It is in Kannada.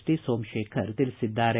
ಟಿಸೋಮತೇಖರ್ ತಿಳಿಸಿದ್ದಾರೆ